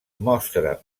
mostra